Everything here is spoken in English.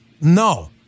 no